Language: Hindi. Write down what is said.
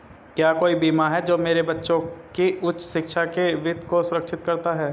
क्या कोई बीमा है जो मेरे बच्चों की उच्च शिक्षा के वित्त को सुरक्षित करता है?